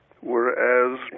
whereas